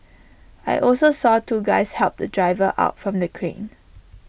I also saw two guys help the driver out from the crane